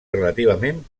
relativament